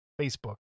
Facebook